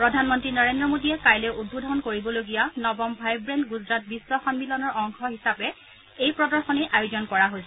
প্ৰধানমন্ত্ৰী নৰেন্দ্ৰ মোদীয়ে কাইলৈ উদ্বোধন কৰিবলগীয়া নবম ভাইব্ৰেণ্ট গুজৰাট বিখ্ব সন্মিলনৰ অংশ হিচাপে এই প্ৰদশনীৰ আয়োজন কৰা হৈছে